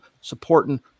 supporting